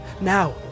now